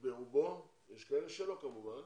ברובם, יש כאלה שלא כמובן,